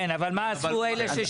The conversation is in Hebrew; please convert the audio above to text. אבל מה עשו אלה ששילמו?